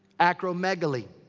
acromegaly.